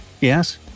Yes